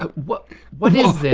but what what is